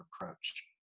approach